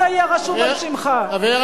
יהיה רשום על שמך ואנחנו נישאר עם הבעיה.